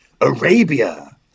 Arabia